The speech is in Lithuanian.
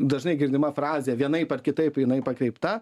dažnai girdima frazė vienaip ar kitaip jinai pakreipta